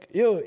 yo